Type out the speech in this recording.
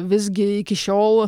visgi iki šiol